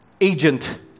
agent